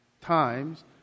times